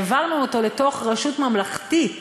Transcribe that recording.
העברנו אותו לתוך רשות ממלכתית,